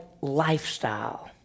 lifestyle